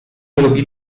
lubi